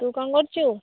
ତୁ କ'ଣ କରୁଛୁ